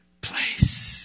place